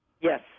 Yes